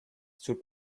tut